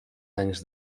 anys